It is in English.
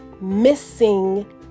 missing